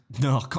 No